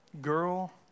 girl